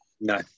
No